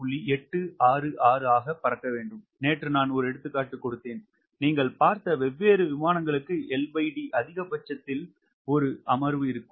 866 ஆக பறக்க வேண்டும் நேற்று நான் ஒரு எடுத்துக்காட்டு கொடுத்தேன் நீங்கள் பார்த்த வெவ்வேறு விமானங்களுக்கு LD அதிகபட்சத்தில் ஒரு அமர்வு இருக்கும்